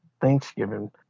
Thanksgiving